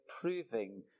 proving